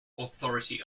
authority